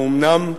"האומנם",